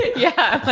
yeah,